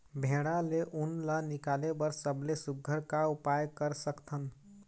भेड़ा ले उन ला निकाले बर सबले सुघ्घर का उपाय कर सकथन?